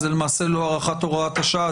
זה למעשה לא הארכת הוראת השעה,